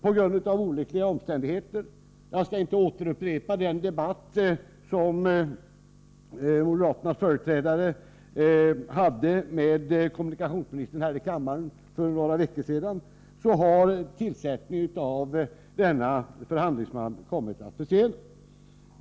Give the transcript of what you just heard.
På grund av olyckliga omständigheter — jag skall inte upprepa den debatt som moderaternas företrädare hade med kommunikationsministern här i kammaren för några veckor sedan — har tillsättningen av denna förhandlingsman kommit att försenas.